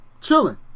Chilling